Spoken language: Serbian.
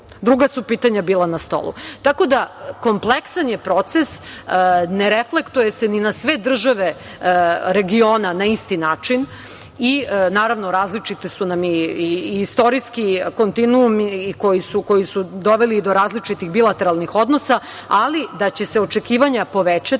druga su pitanja bila na stolu. Kompleksan je proces, ne reflektuje se ni na sve države regiona na isti način i, naravno, različiti su nam istorijski kontinuumi koji su doveli do različitih bilateralnih odnosa, ali da će se očekivanja povećati